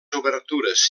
obertures